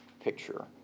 picture